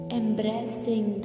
embracing